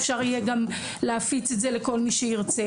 ואפשר יהיה גם להפיץ את זה לכל מי שירצה.